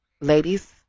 Ladies